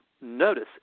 notice